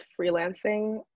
freelancing